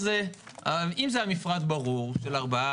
בכל האירוע הזה חייב שיהיה בפנים נציג השלטון